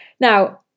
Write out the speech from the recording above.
Now